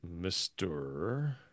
Mr